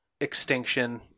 extinction